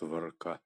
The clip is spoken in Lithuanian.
tvarka